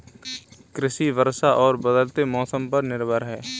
कृषि वर्षा और बदलते मौसम पर निर्भर है